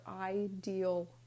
ideal